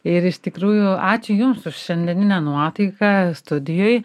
ir iš tikrųjų ačiū jums už šiandieninę nuotaiką studijoj